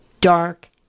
dark